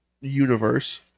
universe